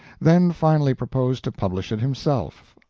then finally proposed to publish it himself,